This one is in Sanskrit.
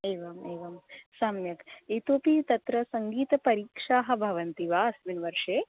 एवम् एवं सम्यक् इतोपि तत्र सङ्गीतपरीक्षाः भवन्ति वा अस्मिन् वर्षे